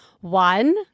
One